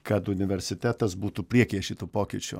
kad universitetas būtų priekyje šitų pokyčių